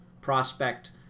prospect